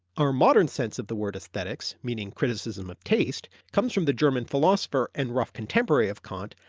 our modern sense of the word aesthetics meaning criticism of taste comes from the german philosopher, and rough contemporary of kant,